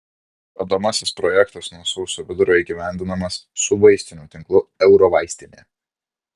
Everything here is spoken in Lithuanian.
bandomasis projektas nuo sausio vidurio įgyvendinamas su vaistinių tinklu eurovaistinė